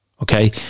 Okay